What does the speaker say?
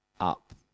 up